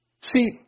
See